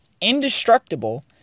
Indestructible